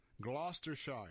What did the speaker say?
Gloucestershire